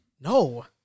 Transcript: No